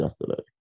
yesterday